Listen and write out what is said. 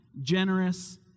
generous